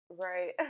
Right